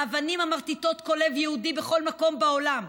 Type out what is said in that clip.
האבנים המרטיטות כל לב יהודי בכל מקום בעולם.